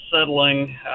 settling